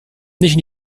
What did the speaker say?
nicht